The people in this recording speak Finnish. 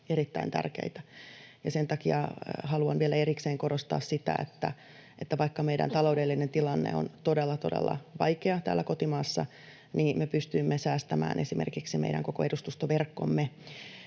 erittäin tärkeitä. Sen takia haluan vielä erikseen korostaa sitä, että vaikka meidän taloudellinen tilanteemme on todella, todella vaikea täällä kotimaassa, niin me pystymme säästämään esimerkiksi meidän koko edustustoverkkomme.